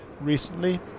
recently